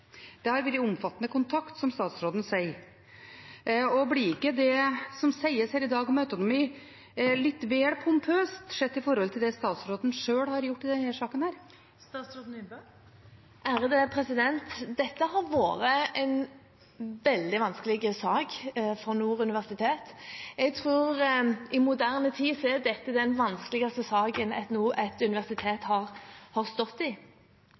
Det har vært omfattende kontakt, som statsråden sier. Blir ikke det som sies her i dag om autonomi, litt vel pompøst sett i forhold til det statsråden sjøl har gjort i denne saken? Dette har vært en veldig vanskelig sak for Nord universitet. Jeg tror at i moderne tid er dette den vanskeligste saken et universitet har stått i.